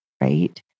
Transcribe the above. right